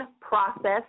process